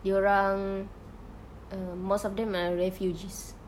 dia orang err most of them are refugees